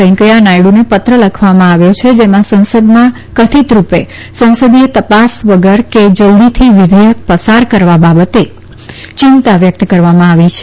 વેંકૈયા નાયડુને પત્ર લખવામાં આવ્યું છે જેમાં સંસદમાં કથિત રૂપે સંસદીય તપાસ વગર કે જલ્દીથી વિઘેયક પસાર કરવા બાબતે ચિંતા વ્યક્ત કરવામાં આવી છે